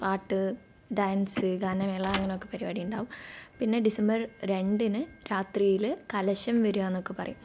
പാട്ട് ഡാൻസ് ഗാനമേള അങ്ങനെയൊക്കെ പരുപാടി ഉണ്ടാവും പിന്നെ ഡിസംബർ രണ്ടിന് രാത്രിയിൽ കലശം വരികയെന്നൊക്കെ പറയും